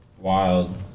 Wild